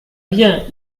bien